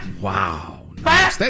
Wow